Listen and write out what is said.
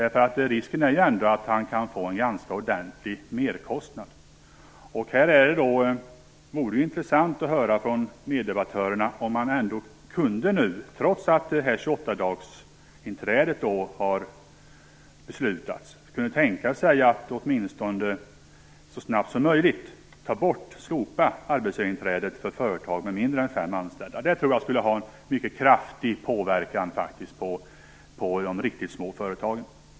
Risken för företagaren är ju ändå att det kan leda till en ganska stor merkostnad. Det vore intressant att från meddebattörerna få höra om man, trots beslutet om 28-dagarsinträde, skulle kunna tänka sig att så snabbt som möjligt slopa arbetsgivarinträdet för företagare med mindre än fem anställda. Det tror jag skulle ha en mycket kraftig inverkan på de riktigt små företagen.